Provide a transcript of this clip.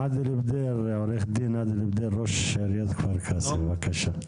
עו"ד עאדל בדיר, ראש עיריית כפר קאסם, בבקשה.